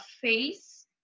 face